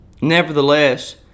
Nevertheless